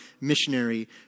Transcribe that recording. missionary